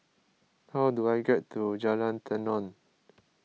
how do I get to Jalan Tenon